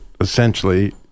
essentially